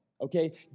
Okay